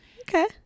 okay